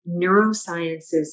neurosciences